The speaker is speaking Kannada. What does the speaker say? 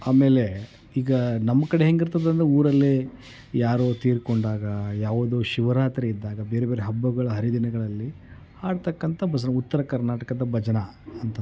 ಆಮೇಲೆ ಈಗ ನಮ್ಮ ಕಡೆ ಹೇಗಿರ್ತದಂದ್ರೆ ಊರಲ್ಲಿ ಯಾರೋ ತೀರಿಕೊಂಡಾಗ ಯಾವುದೋ ಶಿವರಾತ್ರಿ ಇದ್ದಾಗ ಬೇರೆ ಬೇರೆ ಹಬ್ಬಗಳು ಹರಿದಿನಗಳಲ್ಲಿ ಹಾಡತಕ್ಕಂಥ ಭಜ್ನೆ ಉತ್ತರ ಕರ್ನಾಟಕದ ಭಜನೆ ಅಂತಂದು